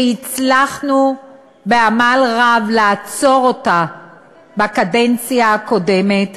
שהצלחנו בעמל רב לעצור אותה בקדנציה הקודמת,